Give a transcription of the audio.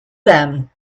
them